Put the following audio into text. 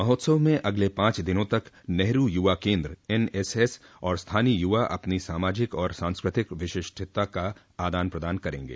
महोत्सव में अगले पाच दिनों तक नेहरू युवा केन्द्र एनएसएस और स्थानीय युवा अपनी सामाजिक और सांस्कृतिक विशिष्टता का आदान प्रदान करेंगे